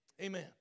amen